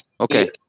okay